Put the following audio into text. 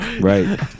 right